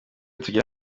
tugira